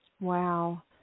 Wow